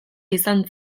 izan